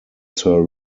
sir